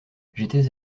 j’étais